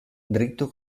dritto